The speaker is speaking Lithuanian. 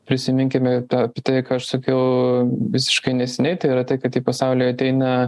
prisiminkime tą apie tai ką aš sakiau visiškai neseniai tai yra tai kad į pasaulį ateina